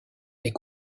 est